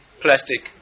plastic